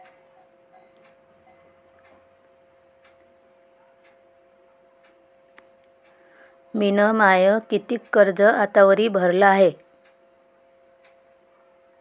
मिन माय कितीक कर्ज आतावरी भरलं हाय?